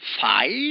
Five